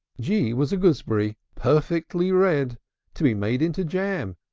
g was a gooseberry, perfectly red to be made into jam,